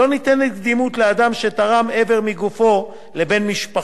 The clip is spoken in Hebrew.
לא ניתנת קדימות לאדם שתרם איבר מגופו לבן-משפחתו,